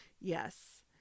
Yes